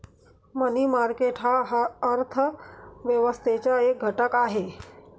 मनी market हा अर्थ व्यवस्थेचा एक घटक आहे